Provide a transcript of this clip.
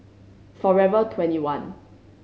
Forever Twenty one